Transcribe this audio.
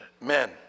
men